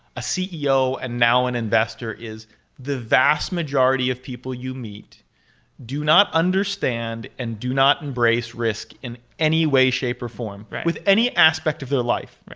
a ceo, and now an investor is the vast majority of people you meet do not understand and do not embrace risk in any way, shape or form with any aspect of their life.